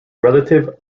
relative